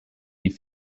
die